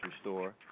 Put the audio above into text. store